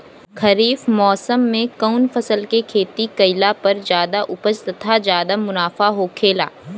खरीफ़ मौसम में कउन फसल के खेती कइला पर ज्यादा उपज तथा ज्यादा मुनाफा होखेला?